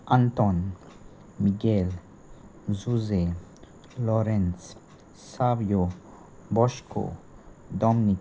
Anton Miguel Jose Lawrence Savio Bosco Dominic